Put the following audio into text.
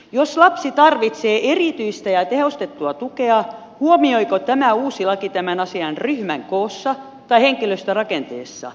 jos lapsi tarvitsee erityistä ja tehostettua tukea huomioiko tämä uusi laki tämän asian ryhmän koossa tai henkilöstörakenteessa